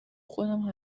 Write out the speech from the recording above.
خودم